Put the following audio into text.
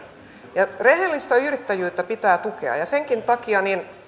ja rehellistä yrittäjyyttä pitää tukea senkin takia